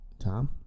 Tom